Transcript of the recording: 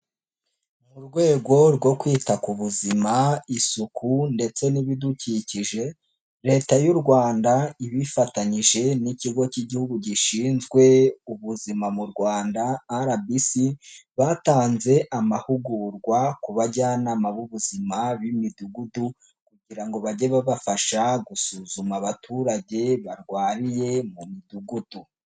Mu rwego rwo kwita ku buzima, isuku ndetse n'ibidukikije, Leta y'u Rwanda ibifatanyije n'ikigo cy'igihugu gishinzwe ubuzima mu Rwanda, RBC, batanze amahugurwa ku bajyanama b'ubuzima b'imidugudu kugira ngo bajye babafasha gusuzuma abaturage barwariye mu midugudu.